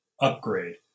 upgrade